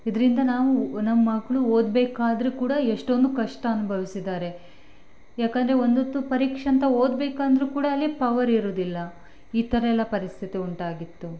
ಇಂದರಿಂದ ನಾವು ನಮ್ಮ ಮಕ್ಕಳು ಓದಬೇಕಾದ್ರು ಕೂಡ ಎಷ್ಟೊಂದು ಕಷ್ಟ ಅನುಭವಿಸಿದಾರೆ ಯಾಕಂದರೆ ಒಂದು ಹೊತ್ತು ಪರೀಕ್ಷೆ ಅಂತ ಓದಬೇಕಂದ್ರೂ ಕೂಡ ಅಲ್ಲಿ ಪವರ್ ಇರೋದಿಲ್ಲ ಈ ಥರ ಎಲ್ಲ ಪರಿಸ್ಥಿತಿ ಉಂಟಾಗಿತ್ತು